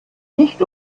nicht